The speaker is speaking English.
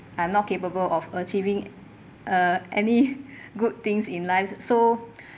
I'm not capable of achieving uh any good things in life so